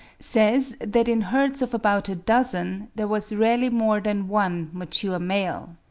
says that in herds of about a dozen there was rarely more than one mature male.